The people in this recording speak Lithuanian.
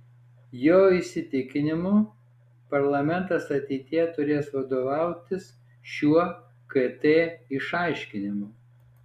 jo įsitikinimu parlamentas ateityje turės vadovautis šiuo kt išaiškinimu